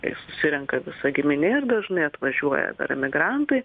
kai susirenka visa giminė ir dažnai atvažiuoja dar emigrantai